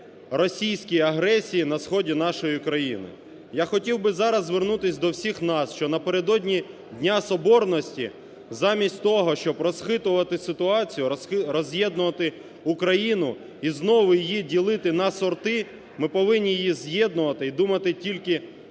російській агресії на сході нашої країни. Я хотів би зараз звернутися до всіх нас, що напередодні Дня соборності, замість того, щоб розхитувати ситуацію, роз'єднувати Україну і знову її ділити на сорти, ми повинні її з'єднувати і думати тільки про